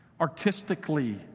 artistically